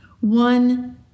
one